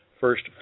first